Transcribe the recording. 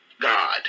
God